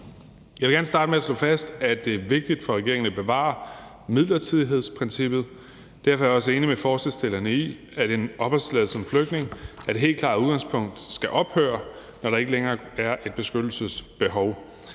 Jeg vil gerne starte med at slå fast, at det er vigtigt for regeringen at bevare midlertidighedsprincippet. Derfor er jeg også enig med forslagsstillerne i, at en opholdstilladelse som flygtning helt klart som udgangspunkt skal ophøre, når der ikke længere er et beskyttelsesbehov.